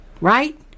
Right